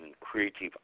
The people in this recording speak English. Creative